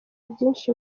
byinshi